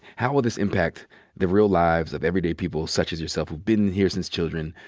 how will this impact the real lives of everyday people, such as yourself, who've been here since children,